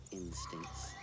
instincts